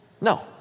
No